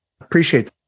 appreciate